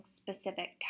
specific